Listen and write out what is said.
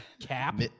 cap